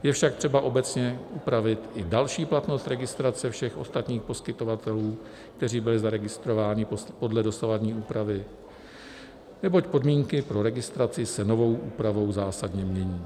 Je však třeba obecně upravit i další platnost registrace všech ostatních poskytovatelů, kteří byli zaregistrováni podle dosavadní úpravy, neboť podmínky pro registraci se novou úpravou zásadně mění.